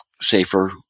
safer